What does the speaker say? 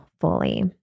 fully